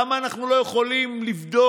למה אנחנו לא יכולים לבדוק,